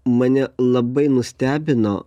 mane labai nustebino